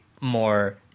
more